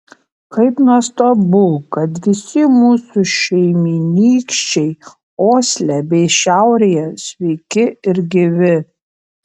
kaip nuostabu kad visi mūsų šeimynykščiai osle bei šiaurėje sveiki ir gyvi